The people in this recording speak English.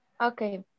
Okay